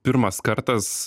pirmas kartas